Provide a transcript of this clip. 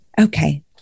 Okay